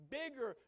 bigger